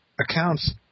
accounts